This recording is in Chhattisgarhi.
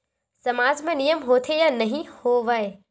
सामाज मा नियम होथे या नहीं हो वाए?